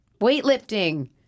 Weightlifting